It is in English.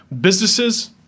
Businesses